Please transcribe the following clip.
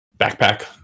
backpack